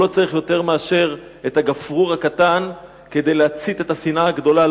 הוא לא צריך יותר מאשר את הגפרור הקטן כדי להצית את השנאה הגדולה,